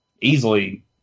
easily